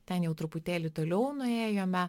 ten jau truputėlį toliau nuėjome